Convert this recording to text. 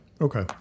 okay